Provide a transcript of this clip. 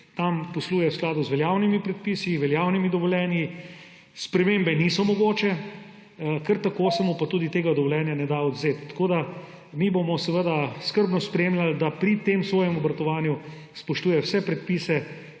tam posluje v skladu z veljavnimi predpisi, veljavnimi dovoljenji. Spremembe niso mogoče, kar tako se mu pa tudi tega dovoljenja ne da odvzeti. Mi bomo seveda skrbno spremljali, da pri tem svojem obratovanju spoštuje vse predpise,